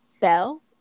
Bell